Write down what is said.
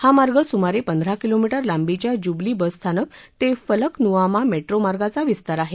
हा मार्ग सुमारे पंधरा किलोमीटर लांबीच्या जुबली बस स्थानक ते फलकनुआमा मेट्रो मार्गाचा विस्तार आहे